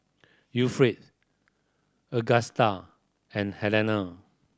Agusta and Helena